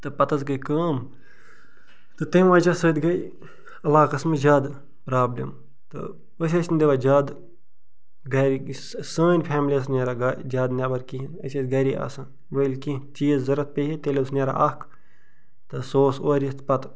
تہٕ پتہٕ حظ گٔے کٲم تہٕ تمہِ وجہ سۭتۍ گٔے علاقس منٛز زیادٕ پرابلم تہٕ أسۍ ٲسۍ نہٕ دِوان زیادٕ گرِ سٲنۍ فیملی ٲس نہٕ نیران زیادٕ نیبر کِہیٖنۍ أسۍ ٲسۍ گرِی آسان ونہِ ییٚلہِ کینٛہہ چیٖز ضوٚرتھ پیٚیہِ ہے تیٚلہِ اوس نیٚران اکھ تہٕ سُہ اوس اورٕ یِتھ پتہٕ